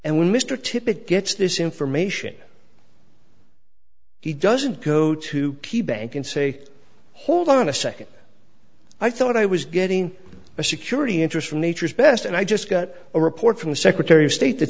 and when mr tippit gets this information he doesn't go to key bank and say hold on a second i thought i was getting a security interest from nature's best and i just got a report from the secretary of state that